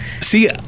See